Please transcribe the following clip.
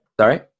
Sorry